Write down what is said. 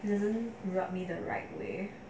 it isn't rob me the right way